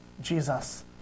Jesus